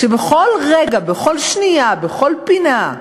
כשבכל רגע, בכל שנייה, בכל פינה,